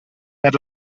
per